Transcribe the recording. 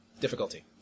Difficulty